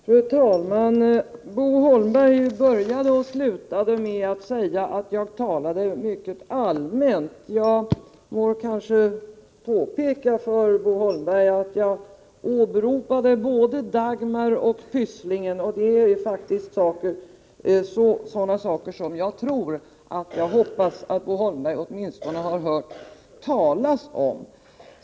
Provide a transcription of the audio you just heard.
Fru talman! Bo Holmberg började och slutade med att säga att jag talade mycket allmänt. Jag får kanske påpeka för Bo Holmberg att jag åberopade både Dagmarreformen och Pysslingen. Det är faktiskt saker som jag tror, och hoppas, att Bo Holmberg åtminstone har hört talas om.